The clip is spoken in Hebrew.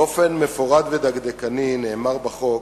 באופן מפורט ודקדקני, נאמר בחוק